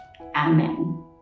Amen